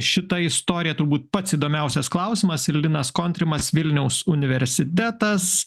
šita istorija turbūt pats įdomiausias klausimas ir linas kontrimas vilniaus universitetas